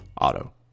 Auto